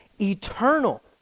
eternal